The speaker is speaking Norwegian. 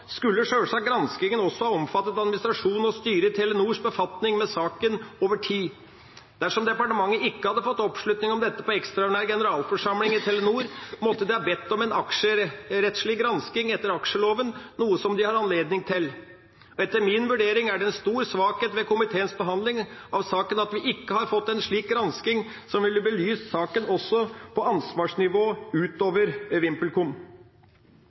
skulle sjølsagt granskingen også ha omfattet administrasjonen og styret i Telenors befatning med saken over tid. Dersom departementet ikke hadde fått oppslutning om dette på ekstraordinær generalforsamling i Telenor, måtte de ha bedt om en aksjerettslig gransking etter aksjeloven, noe som de har anledning til. Etter min vurdering er det en stor svakhet ved komiteens behandling av saken at vi ikke har fått en slik gransking, som ville belyst saken også på ansvarsnivå utover